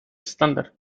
estándar